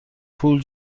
پول